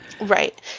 Right